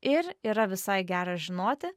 ir yra visai gera žinoti